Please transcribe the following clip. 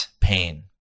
pain